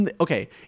Okay